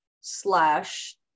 slash